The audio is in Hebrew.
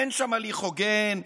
אין שם הליך הוגן,